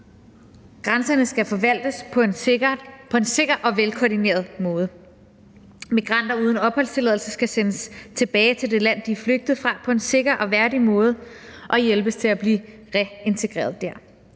Grænserne skal forvaltes på en sikker og velkoordineret måde. Migranter uden opholdstilladelse skal sendes tilbage til det land, de er flygtet fra, på en sikker og værdig måde og hjælpes til at blive reintegreret der.